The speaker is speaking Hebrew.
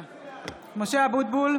(קוראת בשמות חברי הכנסת) משה אבוטבול,